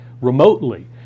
remotely